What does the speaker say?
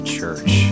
Church